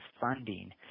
funding